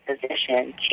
position